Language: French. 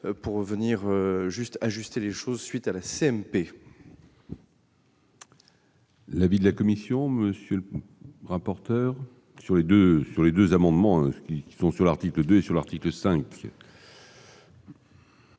pour revenir juste ajuster les choses suite à la CNP. L'avis de la Commission, monsieur le rapporteur, sur les 2 sur les 2 amendements qui sont sur l'article 2 sur l'article 5.